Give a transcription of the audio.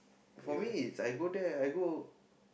for me is I go there I go